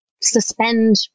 suspend